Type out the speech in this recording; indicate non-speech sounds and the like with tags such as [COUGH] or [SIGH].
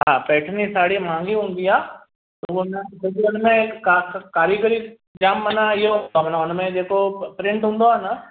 हा पेटनी साड़ी महांगी हूंदी आहे [UNINTELLIGIBLE] उनमें का कारीगरी जाम माना इहो त माना हुनमें जेको अ प्रिंट हूंदो आहे न